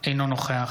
אינו נוכח